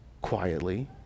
Quietly